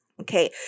Okay